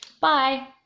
Bye